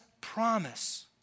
promise